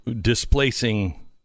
displacing